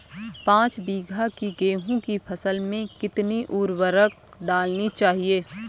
पाँच बीघा की गेहूँ की फसल में कितनी उर्वरक डालनी चाहिए?